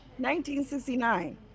1969